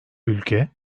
ülke